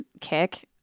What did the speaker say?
kick